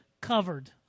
covered